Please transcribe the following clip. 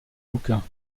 luca